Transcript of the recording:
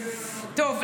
טוב,